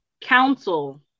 Council